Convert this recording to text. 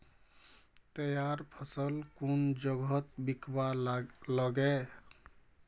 तैयार फसल कुन जगहत बिकवा लगे?